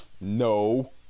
No